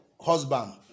husband